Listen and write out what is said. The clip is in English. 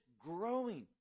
growing